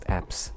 apps